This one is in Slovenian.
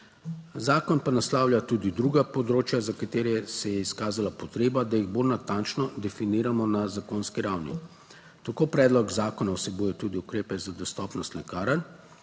Zakon pa naslavlja tudi druga področja, za katere se je izkazala potreba, da jih bolj natančno definiramo na zakonski ravni. Tako predlog zakona vsebuje tudi ukrepe za dostopnost lekarn